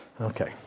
Okay